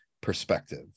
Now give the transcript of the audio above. perspective